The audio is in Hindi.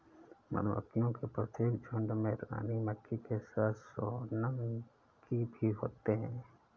मधुमक्खियों के प्रत्येक झुंड में रानी मक्खी के साथ सोनम की भी होते हैं